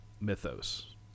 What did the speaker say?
mythos